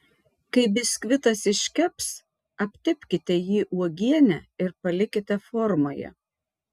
kai biskvitas iškeps aptepkite jį uogiene ir palikite formoje